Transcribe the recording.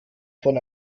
von